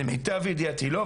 למיטב ידיעתי לא,